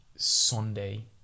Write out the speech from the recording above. Sunday